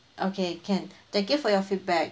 okay can thank you for your feedback